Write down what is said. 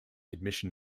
admission